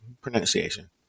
pronunciation